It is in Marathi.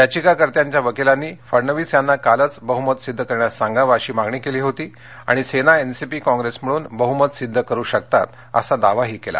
याधिकाकर्त्यांच्या वकिलांनी फडणवीस यांना कालच बहुमत सिद्ध करण्यास सांगावं अशी मागणी केली आणि सेना एनसीपी काँग्रेस मिळून बहुमत सिद्ध करु शकतात असा दावाही केला